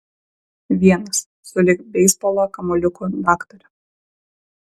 vienas sulig beisbolo kamuoliuku daktare